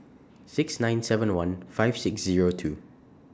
six nine seven one five six Zero two